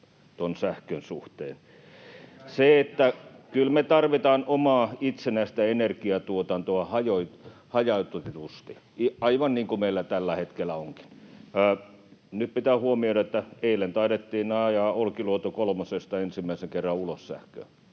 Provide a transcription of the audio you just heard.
sähkön suhteen. Kyllä me tarvitaan omaa itsenäistä energiatuotantoa hajautetusti, aivan niin kuin meillä tällä hetkellä onkin. Nyt pitää huomioida, että eilen taidettiin ajaa Olkiluoto kolmosesta ensimmäisen kerran ulos sähköä,